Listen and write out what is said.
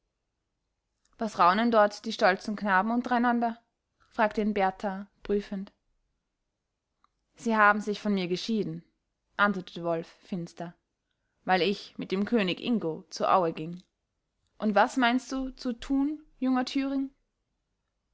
was raunen dort die stolzen knaben untereinander fragte ihn berthar prüfend sie haben sich von mir geschieden antwortete wolf finster weil ich mit dem könig ingo zur aue ging und was meinst du zu tun junger thüring